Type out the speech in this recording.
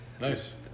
Nice